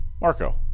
Marco